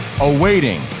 Awaiting